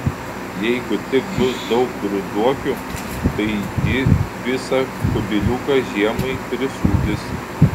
jeigu tik bus daug ruduokių tai ji visą kubiliuką žiemai prisūdys